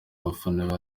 abafana